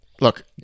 Look